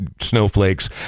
snowflakes